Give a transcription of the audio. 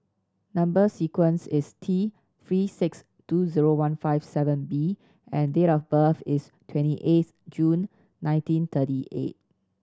number sequence is T Three six two zero one five seven B and date of birth is twenty eighth June nineteen thirty eight